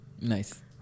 Nice